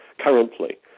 currently